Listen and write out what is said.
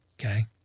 Okay